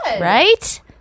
Right